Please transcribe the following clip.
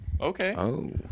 okay